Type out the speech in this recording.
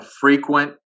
frequent